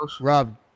Rob